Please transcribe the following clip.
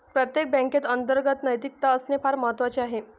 प्रत्येक बँकेत अंतर्गत नैतिकता असणे फार महत्वाचे आहे